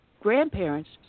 grandparents